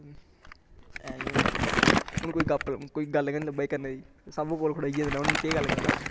हुन कोई गप्प कोई गल्ल गै निं लब्भा दी करने दी सब कौल खडोई गेदे न हुन में केह् गल्ल करां